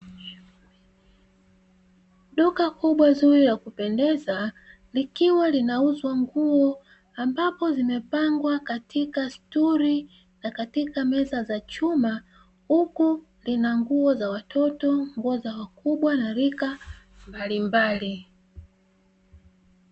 Duka kubwa zuri la kupendeza likiwa linauzwa nguo ambapo zimepangwa katika stuli na katika meza za chuma huku lina nguo za watoto, nguo za wakubwa na rika mbalimbali.